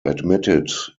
admitted